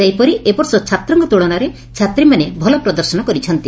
ସେହିପରି ଏବର୍ଷ ଛାତ୍ରଙ୍କ ତୂଳନାରେ ଛାତ୍ରୀମାନେ ଭଲ ପ୍ରଦର୍ଶନ କରିଛନ୍ତି